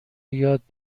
یاد